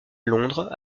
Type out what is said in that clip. londres